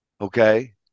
okay